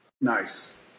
nice